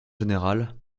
générales